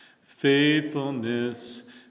Faithfulness